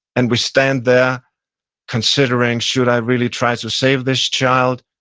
and we stand there considering, should i really try to save this child?